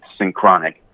synchronic